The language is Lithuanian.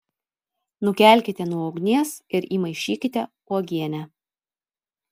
nukelkite nuo ugnies ir įmaišykite uogienę